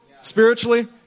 spiritually